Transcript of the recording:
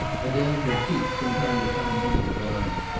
adele had peeped from time to time under the blind.